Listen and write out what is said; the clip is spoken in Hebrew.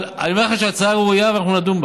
אבל אני אומר לך שההצעה ראויה, ואנחנו נדון בה.